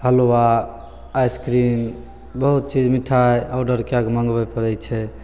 हलुआ ice cream बहुत चीज मिठाइ ऑडर कै के मँगबै पड़ै छै